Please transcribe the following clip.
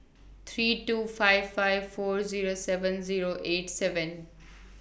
three two five five four Zero seven Zero eight seven